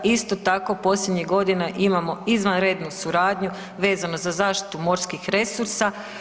Isto tako posljednjih godina imamo izvanrednu suradnju vezano za zaštitu morskih resursa.